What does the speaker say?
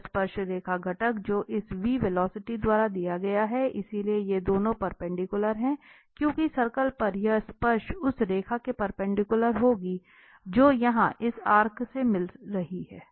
तो यह स्पर्शरेखा घटक जो इस वेलोसिटी द्वारा दिया गया है इसलिए ये दोनों परपेंडिकुलर हैं क्योंकि सर्कल पर यह स्पर्शरेखा उस रेखा के परपेंडिकुलर होगी जो यहां इस आर्क से मिल रही है